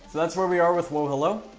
that's where we are with wohello.